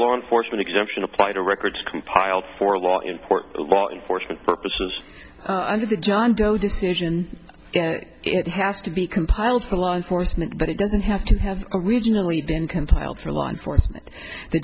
law enforcement exemption apply to records compiled for law important for some purposes under the john doe decision it has to be compiled for law enforcement but it doesn't have to have originally